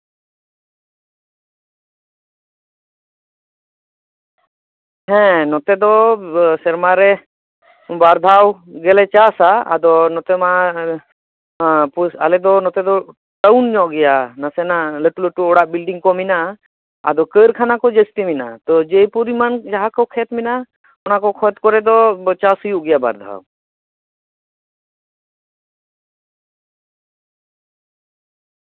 ᱦᱮᱸ ᱱᱚᱛᱮ ᱫᱚ ᱥᱮᱨᱢᱟᱨᱮ ᱵᱟᱨ ᱫᱷᱟᱣ ᱜᱮᱞᱮ ᱪᱟᱥᱟ ᱟᱫᱚ ᱱᱚᱛᱮ ᱢᱟ ᱟᱞᱮ ᱫᱚ ᱱᱚᱛᱮ ᱫᱚ ᱴᱟᱣᱩᱱ ᱧᱚᱜ ᱜᱮᱭᱟ ᱱᱟᱥᱮᱱᱟᱜ ᱞᱟᱹᱴᱩᱼᱞᱟᱹᱴᱩ ᱚᱲᱟᱜ ᱵᱤᱞᱰᱤᱝ ᱠᱚ ᱢᱮᱱᱟᱜᱼᱟ ᱟᱫᱚ ᱠᱟᱹᱨᱠᱷᱟᱱᱟ ᱠᱚ ᱡᱟᱹᱥᱛᱤ ᱢᱮᱱᱟᱜᱼᱟ ᱛᱚ ᱡᱮ ᱯᱚᱨᱤᱢᱟᱱ ᱡᱟᱦᱟᱸ ᱠᱚ ᱠᱷᱮᱛ ᱢᱮᱱᱟᱜᱼᱟ ᱚᱱᱟᱠᱚ ᱠᱷᱮᱛ ᱠᱚᱨᱮᱫᱚ ᱪᱟᱥ ᱦᱩᱭᱩᱜ ᱜᱮᱭᱟ ᱵᱟᱨ ᱫᱷᱟᱣ